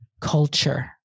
culture